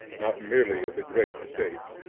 not merely of the great estates.